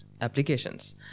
applications